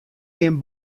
gjin